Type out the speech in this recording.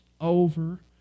over